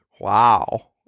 Wow